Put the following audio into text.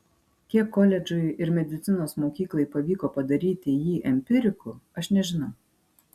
kiek koledžui ir medicinos mokyklai pavyko padaryti jį empiriku aš nežinau